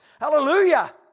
Hallelujah